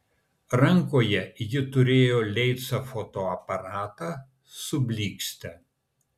rankoje ji turėjo leica fotoaparatą su blykste